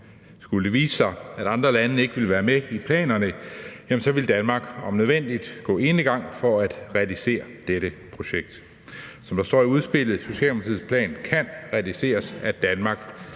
skulle det vise sig, at andre lande ikke ville være med i planerne, jamen så vil Danmark om nødvendigt gå enegang for at realisere dette projekt. Som der står i udspillet: »Socialdemokratiets plan kan realiseres af Danmark